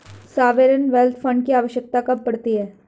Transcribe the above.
Sovereign wealth fund की आवश्यकता कब पड़ती है?